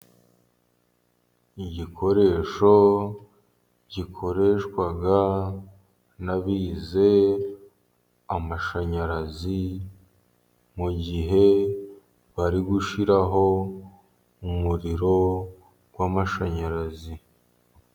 Igikoresho gikoreshwa n'abize amashanyarazi, mu gihe bari gushyiraho umuriro w'amashanyarazi.